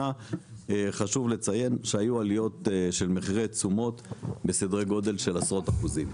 חשוב לציין שהיו עליות של מחירי תשומות בסדרי גודל של עשרות אחוזים.